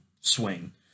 swing